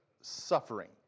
suffering